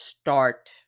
start